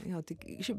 jo tik šiaip